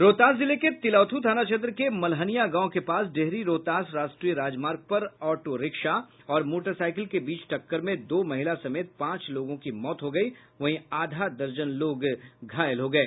रोहतास जिले के तिलौथू थाना क्षेत्र के मलहनिया गांव के पास डेहरी रोहतास राष्ट्रीय राजमार्ग पर ऑटो रिक्शा और मोटरसाईकिल के बीच टक्कर में दो महिला समेत पांच लोगों की मौत हो गयी वहीं आधा दर्जन लोग घायल हो गये